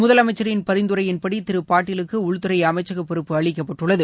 முதலமைச்சரின் பரிந்துரையின் படி திரு பாட்டீலுக்கு உள்துறை அமைச்சக பொறுப்பு அளிக்கப்பட்டுள்ளது